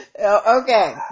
okay